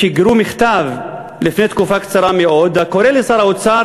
שיגרו לפני תקופה קצרה מאוד מכתב הקורא לשר האוצר